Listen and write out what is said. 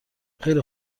خیلی